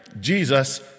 Jesus